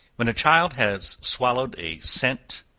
when a child has swallowed a cent,